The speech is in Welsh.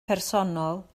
personol